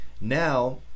Now